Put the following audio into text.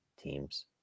teams